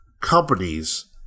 companies